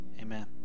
Amen